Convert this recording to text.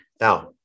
Now